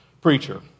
preacher